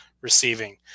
receiving